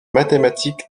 mathématique